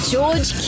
George